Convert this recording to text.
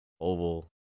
oval